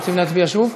רוצים להצביע שוב?